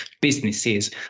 businesses